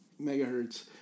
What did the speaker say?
megahertz